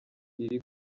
iri